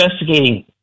investigating